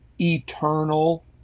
eternal